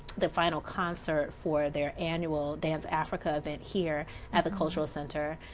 the final concert for their annual dance africa event here at the cultural center.